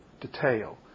detail